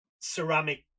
ceramic